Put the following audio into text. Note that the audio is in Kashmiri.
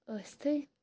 ٲسۍتھٕے